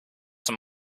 are